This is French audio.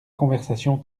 conversation